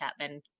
Chapman